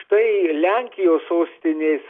tai lenkijos sostinės